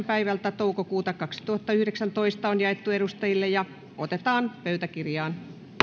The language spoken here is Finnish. päivältä toukokuuta kaksituhattayhdeksäntoista on jaettu edustajille ja otetaan pöytäkirjaan